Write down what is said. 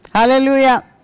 Hallelujah